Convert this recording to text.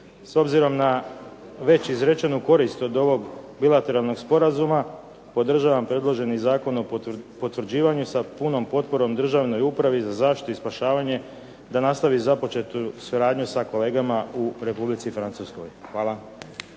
S obzirom na već izrečenu korist od ovog bilateralnog sporazuma podržavam predloženi zakon o potvrđivanju sa punom potporom Državnoj upravi za zaštitu i spašavanje da nastavi započetu suradnju sa kolegama u Republici Francuskoj. Hvala.